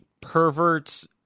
perverts